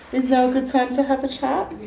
is now a good time to have a chat?